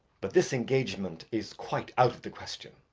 but this engagement is quite out of the question.